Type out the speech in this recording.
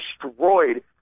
destroyed